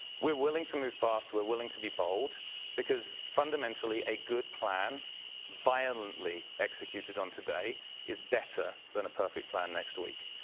we're willing to move fast, we're willing to be bold because fundamentally a good plan violently executed on today is better than a perfect plan next week.